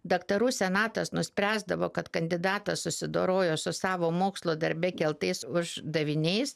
daktarų senatas nuspręsdavo kad kandidatas susidorojo su savo mokslo darbe keltais uždaviniais